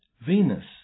Venus